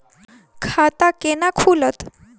खाता केना खुलत?